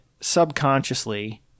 subconsciously